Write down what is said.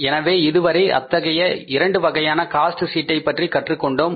எனவே இதுவரை அத்தகைய இரண்டு வகையான காஸ்ட் சீட்டை பற்றி கற்றுக் கொண்டோம்